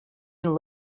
and